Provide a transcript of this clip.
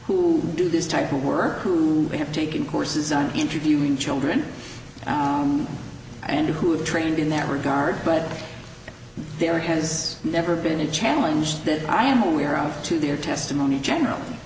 who do this type of work who have taken courses on interviewing children and who are trained in that regard but there has never been a challenge that i am aware of to their testimony general